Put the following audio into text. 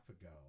ago